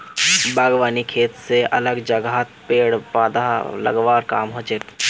बागवानी खेत स अलग जगहत पेड़ पौधा लगव्वार काम हछेक